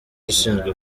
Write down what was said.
ushinzwe